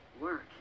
work